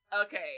Okay